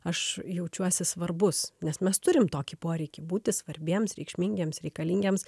aš jaučiuosi svarbus nes mes turim tokį poreikį būti svarbiems ir reikšmingiems reikalingiems